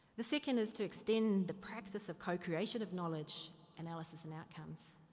the second, is to extend the practice of co-creation of knowledge analysis and outcomes.